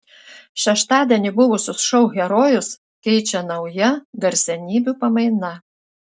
šeštadienį buvusius šou herojus keičia nauja garsenybių pamaina